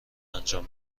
انجام